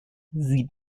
sieht